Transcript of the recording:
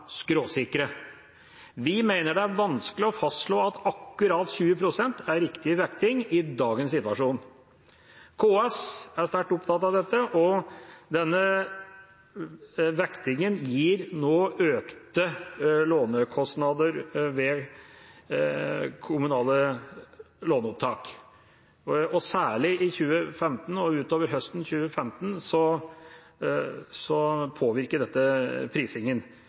skråsikre. Vi mener det er vanskelig å fastslå at akkurat 20 pst. er riktig vekting i dagens situasjon. KS er sterkt opptatt av dette, og denne vektinga gir nå økte lånekostnader ved kommunale låneopptak. Særlig utover høsten 2015